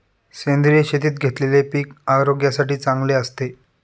सेंद्रिय शेतीत घेतलेले पीक आरोग्यासाठी चांगले असते